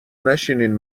نشینین